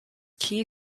key